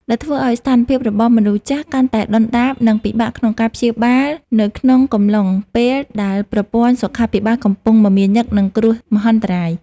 ដែលធ្វើឱ្យស្ថានភាពរបស់មនុស្សចាស់កាន់តែដុនដាប និងពិបាកក្នុងការព្យាបាលនៅក្នុងកំឡុងពេលដែលប្រព័ន្ធសុខាភិបាលកំពុងមមាញឹកនឹងគ្រោះមហន្តរាយ។